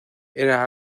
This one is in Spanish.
era